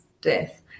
death